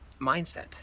mindset